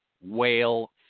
whale